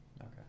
Okay